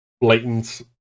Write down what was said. blatant